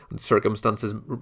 Circumstances